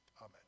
amen